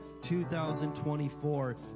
2024